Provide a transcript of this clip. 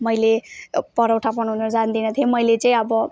मैले परोठा बनाउनु जान्दिनँ थिएँ मैले चाहिँ अब